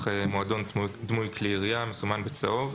"מועדון דמוי כלי ירייה" מסומן בצהוב.